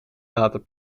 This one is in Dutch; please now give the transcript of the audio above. laten